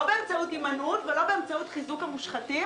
לא באמצעות הימנעות ולא באמצעות חיזוק המושחתים